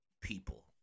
people